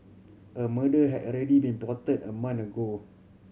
a murder had already been plotted a month ago